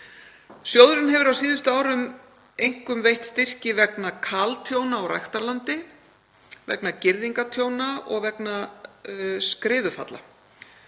Sjóðurinn hefur á síðustu árum einkum veitt styrki vegna kaltjóna á ræktarlandi, vegna girðingartjóna og vegna skriðufalla.